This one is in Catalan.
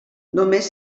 només